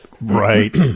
Right